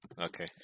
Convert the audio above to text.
Okay